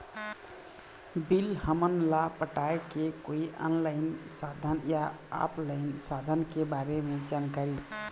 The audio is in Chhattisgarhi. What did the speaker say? बिल हमन ला पटाए के कोई ऑनलाइन साधन या ऑफलाइन साधन के बारे मे जानकारी?